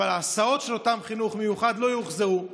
אבל ההסעות של אותו חינוך מיוחד לא יוחזרו.